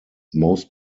most